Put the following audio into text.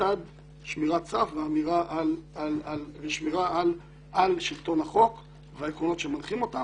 בצד שמירת סף ושמירה על שלטון החוק והעקרונות שמנחים אותה,